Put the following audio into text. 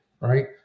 right